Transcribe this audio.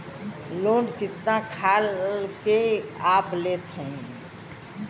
Loan कितना खाल के आप लेत हईन?